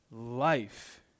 life